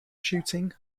shooting